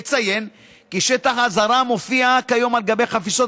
אציין כי שטח האזהרה המופיעה כיום על גבי חפיסות